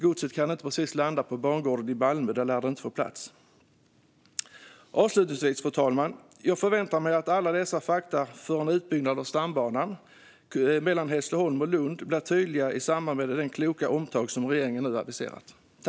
Godset kan inte precis landa på bangården i Malmö. Där lär det inte få plats. Fru talman! Avslutningsvis förväntar jag mig att alla dessa fakta för en utbyggnad av stambanan mellan Hässleholm och Lund blir tydliga i samband med det kloka omtag som regeringen nu har aviserat.